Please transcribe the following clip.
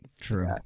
True